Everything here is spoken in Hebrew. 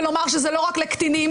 ולומר שזה לא רק לקטינים,